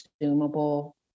consumable